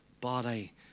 body